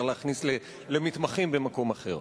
להכניס למתמחים במקום אחר.